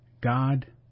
God